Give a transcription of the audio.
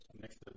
next